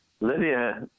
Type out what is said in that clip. Lydia